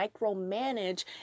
micromanage